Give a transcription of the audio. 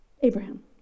Abraham